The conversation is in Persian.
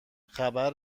خبر